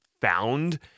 found